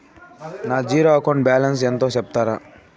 నా zero account balance ఎంతో సెప్తారా?